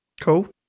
Cool